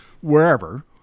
wherever